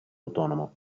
autonomo